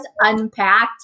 unpacked